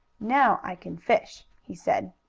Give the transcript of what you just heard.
now i can fish, he said.